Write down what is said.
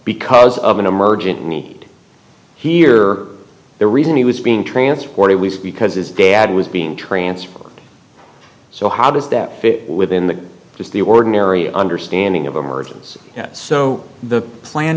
because of an emergent need here the reason he was being transported was because his dad was being transferred so how does that fit within the just the ordinary understanding of emergency so the plan